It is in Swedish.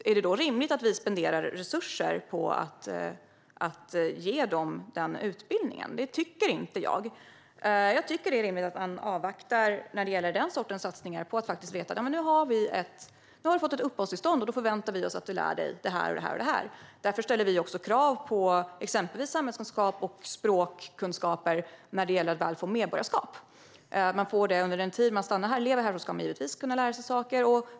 Är det då rimligt att vi spenderar resurser på att ge dem den utbildningen? Det tycker inte jag. Jag tycker att det är rimligt att man avvaktar när det gäller den sortens satsningar. När någon har fått uppehållstillstånd klargör man vad personen förväntas lära sig. Därför ställer vi också krav på exempelvis samhällskunskap och språkkunskaper när det gäller att få medborgarskap. Under den tid man stannar här och lever här ska man givetvis kunna lära sig saker.